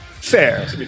Fair